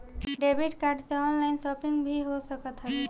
debit card से online shopping भी हो सकत हवे